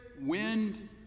wind